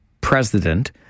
president